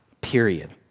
period